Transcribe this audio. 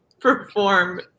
perform